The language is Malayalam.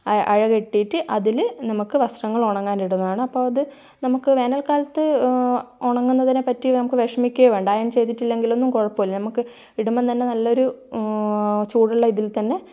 അഴ അഴ കെട്ടിയിട്ട് അതിൽ നമ്മക്ക് വസ്ത്രങ്ങൾ ഉണങ്ങാൻ ഇടുന്നതാണ് അപ്പോൾ അത് നമുക്ക് വേനൽ കാലത്ത് ഉണങ്ങുന്നതിനെ പറ്റി നമുക്ക് വിഷമിക്കുക വേണ്ട അയേൺ ചെയ്തില്ലെങ്കിൽ ഒന്നും കുഴപ്പമില്ല നമുക്ക് ഇടുമ്പോൾ തന്നെ നല്ലൊരു ചൂടുള്ള ഇതിൽ തന്നെ